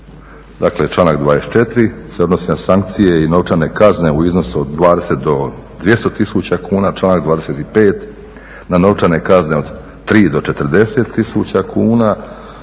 Dakle, članak 24. se odnosi na sankcije i novčane kazne u iznosu od 20 do 200 tisuća kuna, članak 25. na novčane kazne od 3 do 40 tisuća kuna,